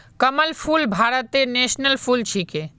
कमल फूल भारतेर नेशनल फुल छिके